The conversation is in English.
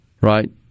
Right